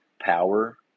power